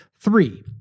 Three